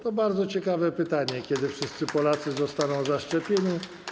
To bardzo ciekawe pytanie, kiedy wszyscy Polacy zostaną zaszczepieni.